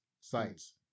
sites